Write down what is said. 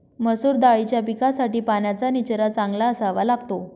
मसूर दाळीच्या पिकासाठी पाण्याचा निचरा चांगला असावा लागतो